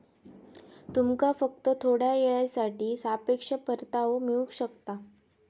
तुमका फक्त थोड्या येळेसाठी सापेक्ष परतावो मिळू शकता